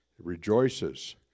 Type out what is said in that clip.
rejoices